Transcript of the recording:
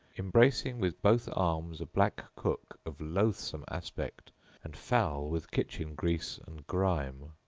embracing with both arms a black cook of loathsome aspect and foul with kitchen grease and grime.